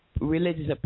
religious